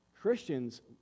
Christians